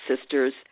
sisters